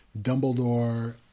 Dumbledore